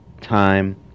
time